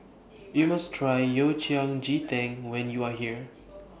YOU must Try Yao Cai Ji Tang when YOU Are here